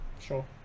Sure